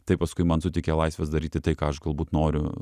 tai paskui man suteikia laisvės daryti tai ką aš galbūt noriu